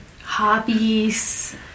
Hobbies